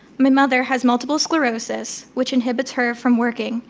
my mother has multiple sclerosis, which inhibits her from working,